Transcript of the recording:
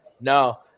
no